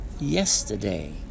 yesterday